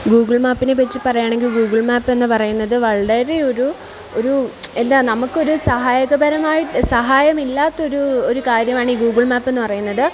Google മാപ്പിനെ പറ്റി പറയുകയാണെങ്കിൽ ഗൂഗിൾ മാപ്പെന്ന് പറയുന്നത് വളരെ ഒരു ഒരു എന്താണ് നമുക്ക് ഒരു സഹായകപരമായി സഹായമില്ലാത്ത ഒരു ഒരു കാര്യമാണ് ഈ ഗൂഗിൾ മാപ്പെന്ന് പറയുന്നത്